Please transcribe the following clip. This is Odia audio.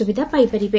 ସୁବିଧା ପାଇପାରିବେ